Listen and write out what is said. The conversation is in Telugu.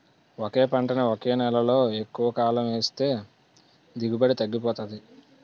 ఒకే పంటని ఒకే నేలలో ఎక్కువకాలం ఏస్తే దిగుబడి తగ్గిపోతాది